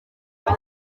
baba